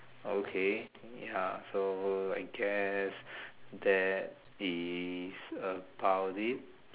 okay ya so I guess that is about it